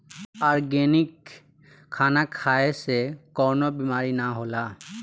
organic खाना खाए से कवनो बीमारी ना होला